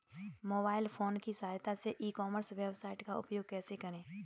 Mobile phone की सहायता से ई कॉमर्स वेबसाइट का उपयोग कैसे करें?